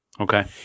Okay